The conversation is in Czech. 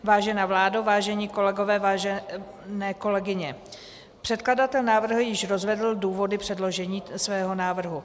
Vážená vládo, vážení kolegové, vážené kolegyně, předkladatel návrhu již rozvedl důvody předložení svého návrhu.